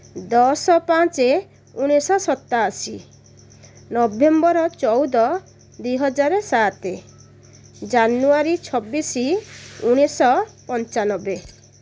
ଦଶ ପାଞ୍ଚ ଉଣେଇଶହ ସତାଅଶୀ ନଭେମ୍ବର ଚଉଦ ଦୁଇ ହଜାର ସାତ ଜାନୁଆରୀ ଛବିଶ ଉଣେଇଶହ ପଞ୍ଚାନବେ